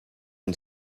and